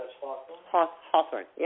Hawthorne